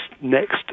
next